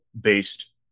based